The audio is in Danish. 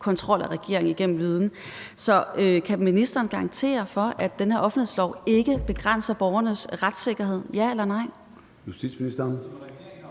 kontrollere regeringen gennem viden. Så kan ministeren garantere, at den her offentlighedslov ikke begrænser borgernes retssikkerhed – ja eller nej?